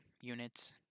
units